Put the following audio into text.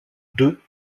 deux